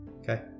Okay